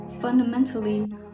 fundamentally